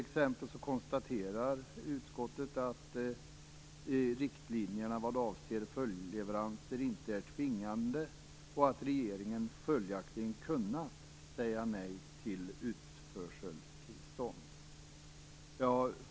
Utskottet konstaterar t.ex. att riktlinjerna vad avser följdleveranser inte är tvingande och att regeringen följaktligen kunnat säga nej till utförseltillstånd.